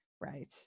Right